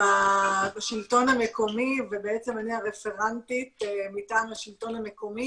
בשלטון המקומי ובעצם אני הרפרנטית מטעם השלטון המקומי